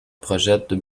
projette